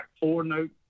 four-note